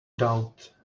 doubt